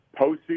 postseason